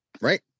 Right